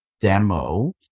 demo